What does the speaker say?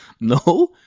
No